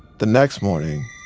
the next morning,